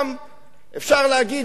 אפשר להגיד, מחליפו של הרצל.